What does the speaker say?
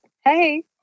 hey